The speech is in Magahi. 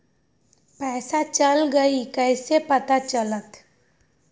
पैसा चल गयी कैसे पता चलत?